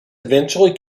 eventually